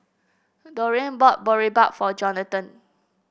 Dorene bought Boribap for Jonathon